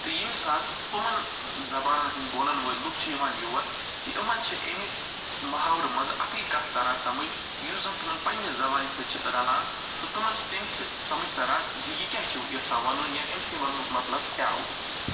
تہٕ ییٚمہِ ساتہٕ یِمن زبانن ہٕنٛدۍ بولن وٲلۍ لُکھ چھِ یِوان یور یِمن چھِ اَمہِ محاورٕ منٛزٕ اَکٕے کتھ تَران سمجھ یُس زن تِمن پنٕنہِ زبان سۭتۍ چھِ رَلان تہٕ تِمن چھِ تَمہِ سۭتۍ سمجھ تَران زِ یہِ کیٛاہ چھُ یَژھان وَنُن یا أمِس کیٛاہ وننُک مطلب کیٛاہ اوس